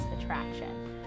attraction